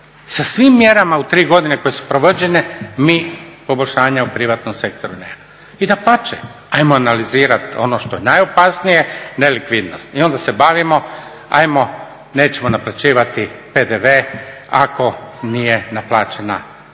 sa svim mjerama u tri godine koje su provođene mi poboljšanje u privatnom sektoru nemamo. I dapače, ajmo analizirat ono što je najopasnije, nelikvidnost i onda se bavimo, ajmo nećemo naplaćivati PDV ako nije naplaćen